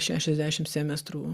šešiasdešim semestrų